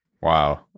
wow